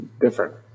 different